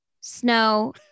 Snow